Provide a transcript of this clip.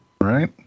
right